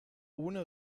ohne